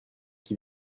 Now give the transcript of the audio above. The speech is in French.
qui